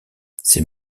ces